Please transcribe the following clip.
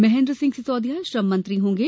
महेन्द्र सिंह सिसोदिया श्रम मंत्री होंगे